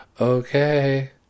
okay